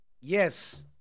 yes